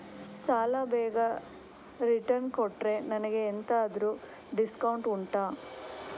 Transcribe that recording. ಸಾಲ ಬೇಗ ರಿಟರ್ನ್ ಕೊಟ್ರೆ ನನಗೆ ಎಂತಾದ್ರೂ ಡಿಸ್ಕೌಂಟ್ ಉಂಟಾ